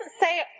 say